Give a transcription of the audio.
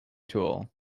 tool